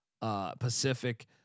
Pacific